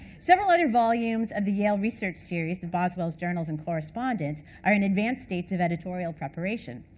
several other volumes of the yale research series, the boswell's journals and correspondence, are in advanced states of editorial preparation.